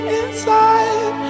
inside